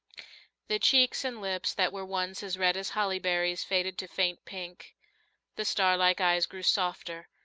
the cheeks and lips that were once as red as holly-berries faded to faint pink the star-like eyes grew softer,